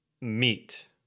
meet